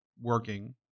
working